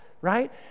right